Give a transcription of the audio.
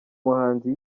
muhanzi